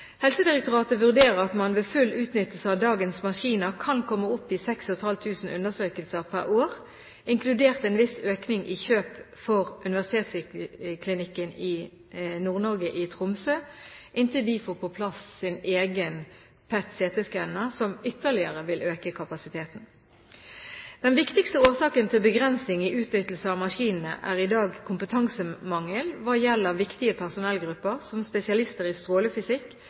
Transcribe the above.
Helsedirektoratet vurderer at man med full utnyttelse av dagens maskiner kan komme opp i 6 500 undersøkelser per år, inkludert en viss økning i kjøp for Universitetsklinikken Nord-Norge i Tromsø, inntil de får på plass sin egen PET-CT-skanner, som ytterligere vil øke kapasiteten. Den viktigste årsaken til begrensning i utnyttelse av maskinene er i dag kompetansemangel hva gjelder viktige personellgrupper som spesialister i strålefysikk,